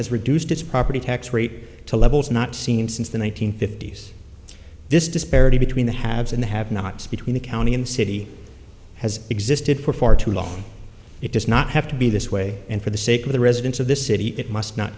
has reduced its property tax rate to levels not seen since the one nine hundred fifty s this disparity between the haves and the have nots between the county and city has existed for far too long it does not have to be this way and for the sake of the residents of this city it must not